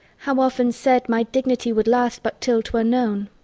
how often said my dignity would last but till twere known!